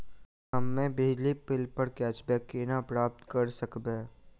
हम्मे बिजली बिल प कैशबैक केना प्राप्त करऽ सकबै?